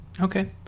okay